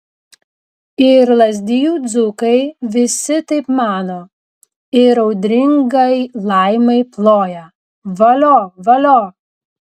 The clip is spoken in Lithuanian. ir lazdijų dzūkai visi taip mano ir audringai laimai ploja valio valio